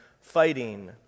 fighting